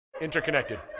Interconnected